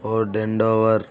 ford endeavour